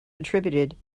attributed